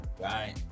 right